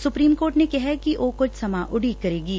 supreme court ਨੇ ਕਿਹਾ ਕਿ ਉਹ ਕੁਝ ਸਮਾਂ ਉਡੀਕ ਕਰੇਗੀ